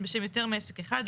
בשם יותר מעסק אחד,